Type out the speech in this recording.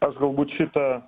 aš galbūt šitą